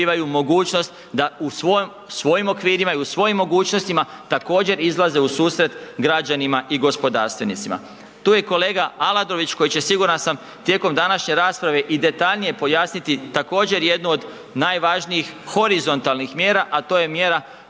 mogućnost da u svojem, u svojim okvirima i u svojim mogućnostima također izlaze u susret građanima i gospodarstvenicima. Tu je kolega Aladović koji će siguran sam, tijekom današnje rasprave i detaljnije pojasniti također jednu od najvažnijih horizontalnih mjera, a to je mjera